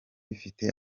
bifite